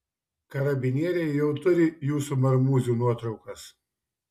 karabinieriai jau turi jūsų marmūzių nuotraukas